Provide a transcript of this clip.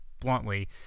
bluntly